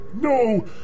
No